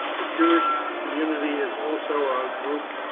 the jewish community is also a group,